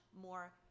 more